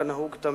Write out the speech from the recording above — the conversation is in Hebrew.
כנהוג תמיד.